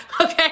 okay